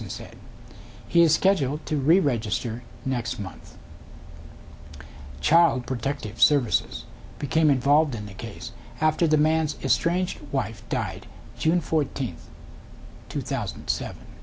anderson said he is scheduled to reregister next month child protective services became involved in the case after the man's strange wife died june fourteenth two thousand and seven